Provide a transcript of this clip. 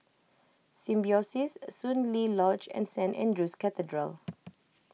Symbiosis Soon Lee Lodge and Saint andrew's Cathedral